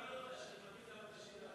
אני כל כך מכיר אותך שאני מכיר גם את השאלה.